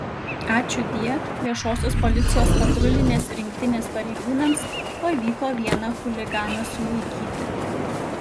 ačiūdie viešosios policijos patrulinės rinktinės pareigūnams pavyko vieną chuliganą sulaikyti